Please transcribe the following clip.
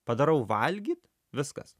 padarau valgyt viskas